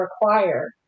require